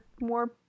more